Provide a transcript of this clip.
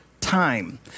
Time